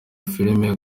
filimi